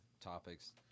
topics